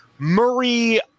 Murray